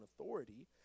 authority